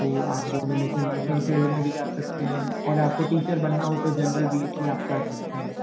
तो आप दोनों में से नर्सिंग फील्ड में भी जा सकते हैं और आपको टीचर बनना हो तो जनरल बी एस सी आप कर सकते हैं